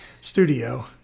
studio